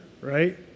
Right